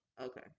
Okay